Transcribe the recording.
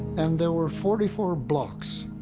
and there were forty four blocks,